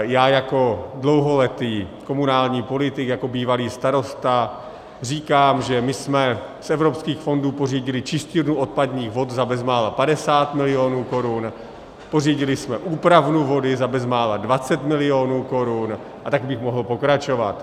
já jako dlouholetý komunální politik, jako bývalý starosta, říkám, že my jsme z evropských fondů pořídili čistírnu odpadních vod za bezmála 50 mil. korun, pořídili jsme úpravnu vody za bezmála 20 mil. korun, a tak bych mohl pokračovat.